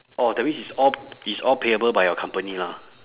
orh that means it's all it's all payable by your company lah